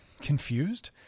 confused